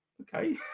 okay